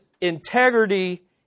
integrity